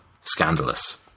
Scandalous